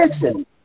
listen